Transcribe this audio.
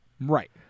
Right